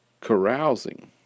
carousing